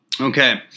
Okay